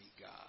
God